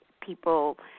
people